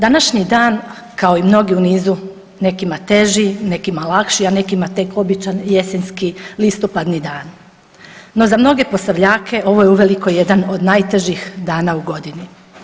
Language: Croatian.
Današnji dan, kao i mnogi u nizu, nekima teži, nekima lakši, a nekima tek obični listopadni dan, no za mnoge Posavljake ovo je uvelike jedan od najtežih dana u godini.